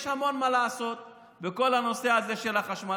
יש המון מה לעשות בכל הנושא הזה של החשמל.